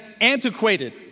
antiquated